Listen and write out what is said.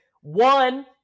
one